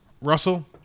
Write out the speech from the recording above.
Russell